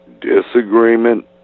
disagreement